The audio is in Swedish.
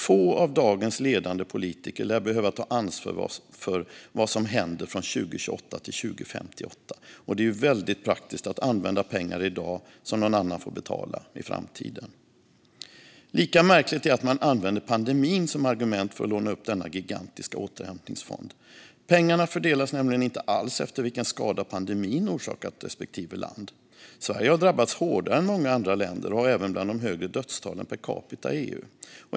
Få av dagens ledande politiker lär behöva ta ansvar för vad som händer från 2028 till 2058, och det är ju väldigt praktiskt att använda pengar i dag som någon annan får betala i framtiden. Lika märkligt är att man använder pandemin som argument för att låna upp denna gigantiska återhämtningsfond. Pengarna fördelas nämligen inte alls efter vilken skada pandemin har orsakat respektive land. Sverige har drabbats hårdare än många andra länder och har även bland de högre dödstalen per capita i EU.